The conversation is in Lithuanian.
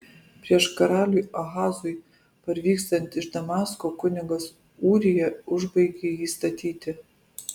prieš karaliui ahazui parvykstant iš damasko kunigas ūrija užbaigė jį statyti